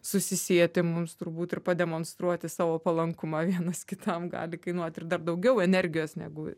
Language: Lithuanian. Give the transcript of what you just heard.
susisieti mums turbūt ir pademonstruoti savo palankumą vienas kitam gali kainuoti ir dar daugiau energijos negu